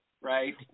right